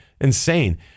insane